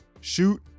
Shoot